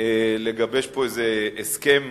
לגבש פה איזה הסכם